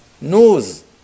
news